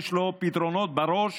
יש לו פתרונות בראש